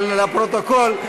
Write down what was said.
אבל לפרוטוקול,